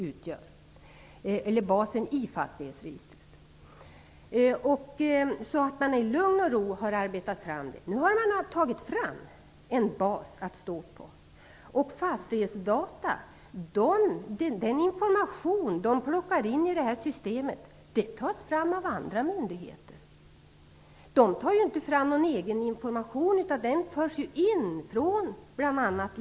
Registret har kunnat arbetas fram i lugn och ro. Nu har en bas tagits fram. Den information som Fastighetsdata lägger in i systemet tas fram av andra myndigheter. Andra myndigheter tar inte fram egen information, utan den förs in i systemet av bl.a.